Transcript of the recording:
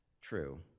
true